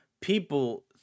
People